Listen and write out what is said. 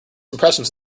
impressions